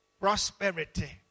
prosperity